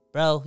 Bro